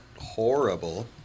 horrible